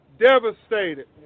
devastated